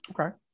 Okay